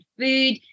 food